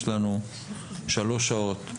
יש לנו שלוש שעות.